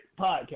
podcast